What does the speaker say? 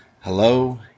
Hello